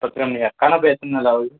பத்தரை மணியா காணாம போய் எத்தனை நாள் ஆகுது